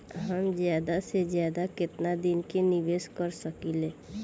हम ज्यदा से ज्यदा केतना दिन के निवेश कर सकिला?